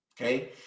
Okay